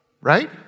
right